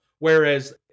Whereas